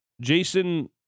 Jason